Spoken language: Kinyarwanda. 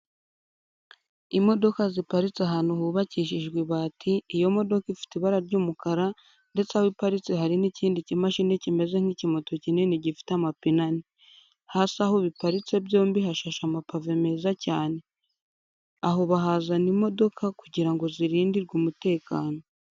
Imodoka ziparitse ahantu hubakishijwe ibati, iyo modoka ifite ibara ry'umukara ndetse aho iparitse hari n'ikindi kimashini kimeze nk'ikimoto kinini gifite amapine ane. Hasi aho biparitse byombi hashashe amapave meza cyane. Aha bahazana imokoka kugira ngo zirindirwe umutekano.